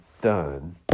done